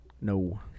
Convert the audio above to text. No